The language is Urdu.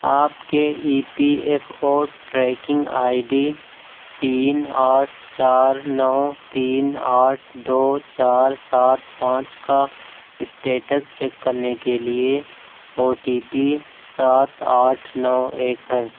آپ کے ای پی ایف اور ٹریکنگ آئی ڈی تین آٹھ چار نو تین آٹھ دو چار سات پانچ کا اسٹیٹس چیک کرنے کے لیے او ٹی پی سات آٹھ نو ایک ہے